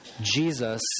Jesus